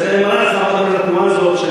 זה מראה לך מה קורה לתנועה הזאת,